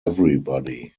everybody